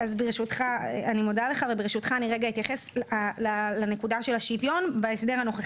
אני מודה לך וברשותך אני אתייחס לנקודה של השוויון בהסדר הנוכחי.